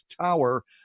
Tower